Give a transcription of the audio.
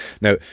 Now